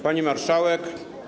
Pani Marszałek!